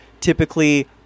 typically